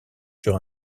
sur